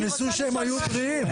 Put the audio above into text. הם נכנסו כשהם היו בריאים.